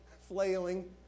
flailing